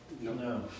No